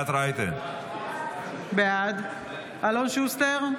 בעד אלון שוסטר,